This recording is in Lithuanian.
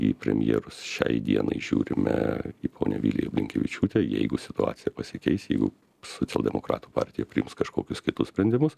į premjerus šiai dienai žiūrime į ponią viliją blinkevičiūtę jeigu situacija pasikeis jeigu socialdemokratų partija priims kažkokius kitus sprendimus